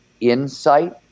insight